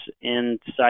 inside